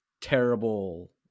terrible